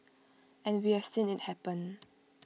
and we have seen IT happen